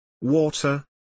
water